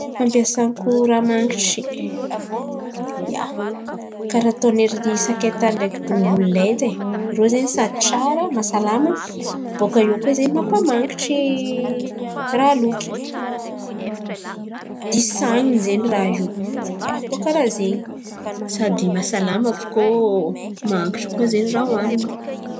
Fampiasako raha mangitry, ia, karà ataon̈'ery sakay tan̈y ndraiky tongolo lay edy ai rô zen̈y sady tsara mahasalama bôkà eo koa zen̈y mangitry raha aloky. Disanina zen̈y raha io, ia, karà zen̈y sady mahasalama avy kôa mangitry koa zen̈y raha ohaniny.